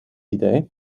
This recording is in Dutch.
idee